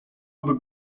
aby